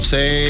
Say